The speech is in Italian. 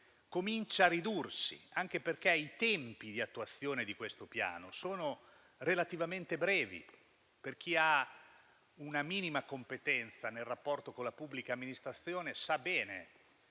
comincia cioè a ridursi, anche perché i tempi di attuazione di questo Piano sono relativamente brevi. Infatti, chi ha una minima competenza nel rapporto con la pubblica amministrazione sa bene